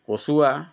কচুৱা